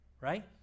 right